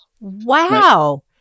Wow